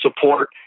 support